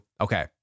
Okay